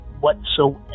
whatsoever